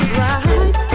right